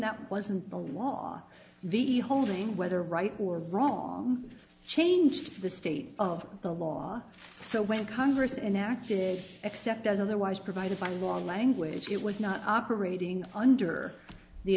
that wasn't a law the holding whether right or wrong changed the state of the law so when congress enacted except as otherwise provided by long language it was not operating under the